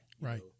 Right